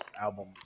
album